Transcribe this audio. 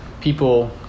people